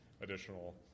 additional